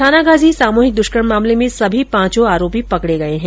थानागाजी सामूहिक दुष्कर्म मामले में सभी पांचों आरोपी पकडे गये है